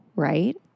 right